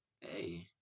Hey